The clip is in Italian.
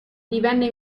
divenne